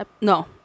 No